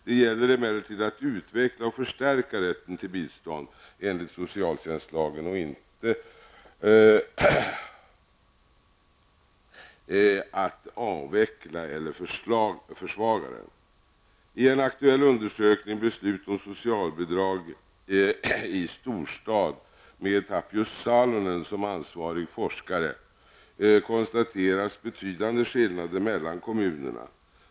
Det gäller emellertid att utveckla och förstärka rätten till bistånd enligt socialtjänstlagen, och inte att avveckla eller att försvaga den. I en aktuell undersökning -- Beslut om socialbidrag i storstad, med Tapio Salonen som ansvarig forskare -- konstateras betydande skillnader mellan kommunerna.